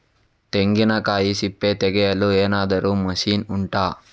ತೆಂಗಿನಕಾಯಿ ಸಿಪ್ಪೆ ತೆಗೆಯಲು ಏನಾದ್ರೂ ಮಷೀನ್ ಉಂಟಾ